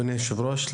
אדוני היושב-ראש,